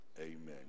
Amen